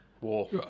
war